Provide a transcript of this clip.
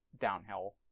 downhill